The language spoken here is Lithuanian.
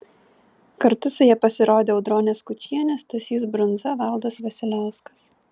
kartu su ja pasirodė audronė skučienė stasys brundza valdas vasiliauskas